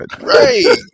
Right